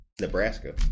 Nebraska